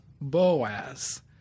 Boaz